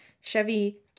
Chevy